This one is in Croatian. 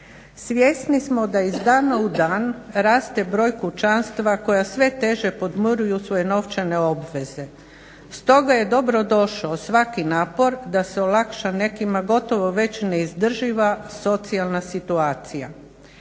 Svjesni smo da iz dana u dan raste broj kućanstava koja sve teže podmiruju svoje novčane obveze stoga je dobrodošao svaki napor da se olakša nekima gotovo već neizdrživa socijalna situacija.